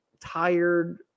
tired